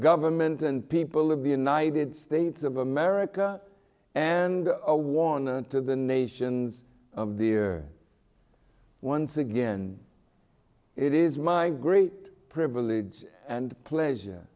government and people of the united states of america and a warning to the nations of the year once again it is my great privilege and pleasure